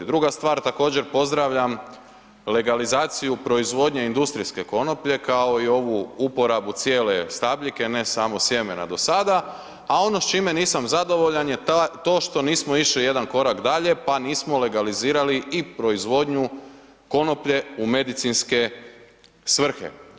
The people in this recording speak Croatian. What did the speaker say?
Druga stvar, također pozdravljam legalizaciju proizvodnje industrijske konoplje, kao i ovu uporabu cijele stabljike, ne samo sjemena do sada, a ono s čime nisam zadovoljan je to što nismo išli jedan korak dalje, pa nismo legalizirali i proizvodnju konoplje u medicinske svrhe.